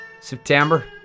September